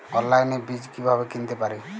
অনলাইনে বীজ কীভাবে কিনতে পারি?